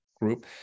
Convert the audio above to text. group